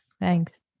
Thanks